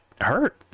hurt